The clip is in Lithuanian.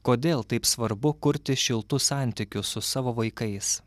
kodėl taip svarbu kurti šiltus santykius su savo vaikais